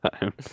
time